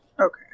Okay